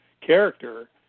character